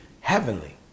heavenly